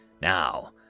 Now